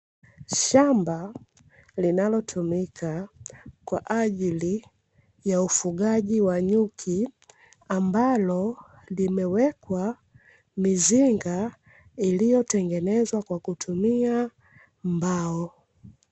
Shamba linalotumika kwa ajili ya ufugaji wa nyuki, ambalo limewekwa mizinga iliyotengenezwa kwa kutumia mbao.